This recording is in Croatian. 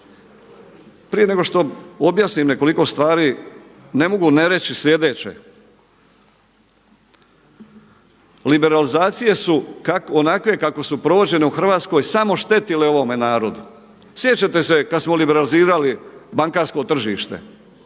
Prije nego što objasnim nekoliko stvari ne mogu ne reći sljedeće: liberalizacije su onakve kako su provođene u Hrvatskoj samo štetile ovome narodu. Sjećate se kad smo liberalizirali bankarsko tržište.